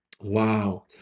Wow